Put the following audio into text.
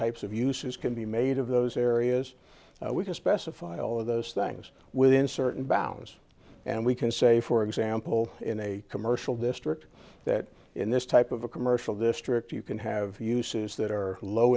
types of uses can be made of those areas we can specify all of those things within certain bounds and we can say for example in a commercial district that in this type of a commercial district you can have uses that are low